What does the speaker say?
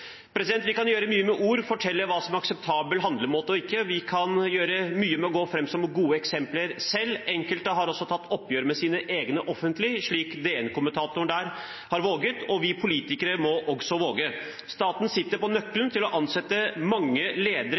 Vi kan gjøre mye med ord, fortelle hva som er akseptabel handlemåte og ikke. Vi kan gjøre mye ved å gå foran med et godt eksempel selv. Enkelte har også tatt oppgjør med sine egne offentlig, slik DN-kommentatoren har våget. Vi politikere må også våge. Staten sitter på nøkkelen når det gjelder å ansette ledere